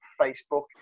Facebook